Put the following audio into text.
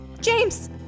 James